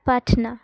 Patna